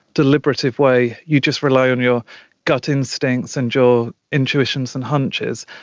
deliberative way, you just rely on your gut instincts and your intuitions and hunches,